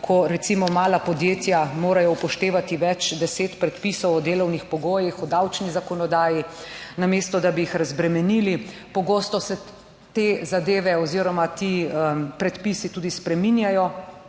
ko recimo mala podjetja morajo upoštevati več deset predpisov o delovnih pogojih, o davčni zakonodaji, namesto da bi jih razbremenili. Pogosto se te zadeve oziroma ti predpisi tudi spreminjajo